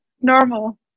Normal